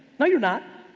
no you're not.